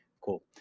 Cool